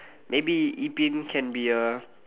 maybe yi-ping can be a